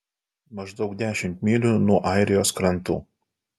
maždaug dešimt mylių nuo airijos krantų